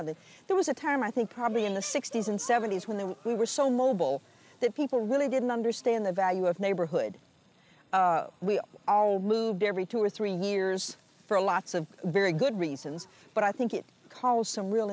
something there was a time i think probably in the sixty's and seventy's when they were we were so mobile that people really didn't understand the value of neighborhood we all moved every two or three years for lots of very good reasons but i think it caused some real